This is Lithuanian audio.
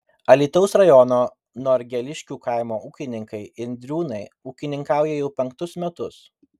alytaus rajono norgeliškių kaimo ūkininkai indriūnai ūkininkauja jau penktus metus